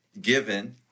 given